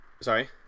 sorry